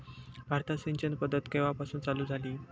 भारतात सिंचन पद्धत केवापासून चालू झाली?